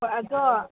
ꯍꯣꯏ ꯑꯗꯣ